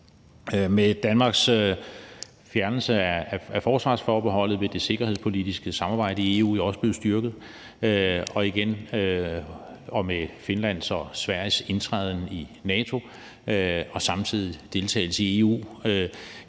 Med Danmarks fjernelse af forsvarsforbeholdet vil det sikkerhedspolitiske samarbejde i EU jo også blive styrket, og med Finlands og Sveriges indtræden i NATO og samtidige deltagelse i EU